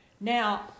Now